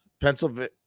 Pennsylvania